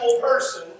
person